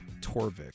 Torvik